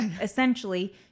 Essentially